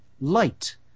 light